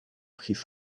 his